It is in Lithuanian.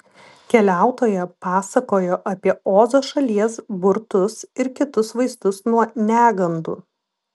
keliautoja pasakojo apie ozo šalies burtus ir kitus vaistus nuo negandų